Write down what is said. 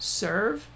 serve